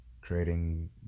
creating